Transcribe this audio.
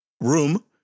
room